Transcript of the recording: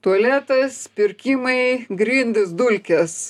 tualetas pirkimai grindys dulkės